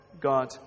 God